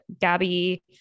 Gabby